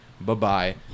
Bye-bye